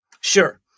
Sure